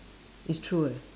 it's true eh